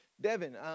Devin